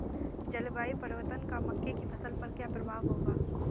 जलवायु परिवर्तन का मक्के की फसल पर क्या प्रभाव होगा?